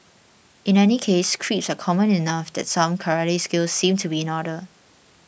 in any case creeps are common enough that some karate skills seem to be in order